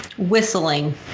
whistling